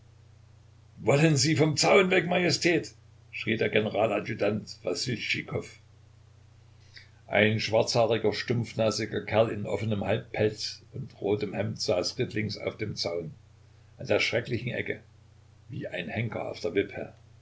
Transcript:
wollen sie vom zaun weg majestät schrie der generaladjutant wassiltschikow ein schwarzhaariger stumpfnasiger kerl in offenem halbpelz und rotem hemd saß rittlings auf dem zaun an der schrecklichen ecke wie ein henker auf der